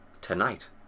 Tonight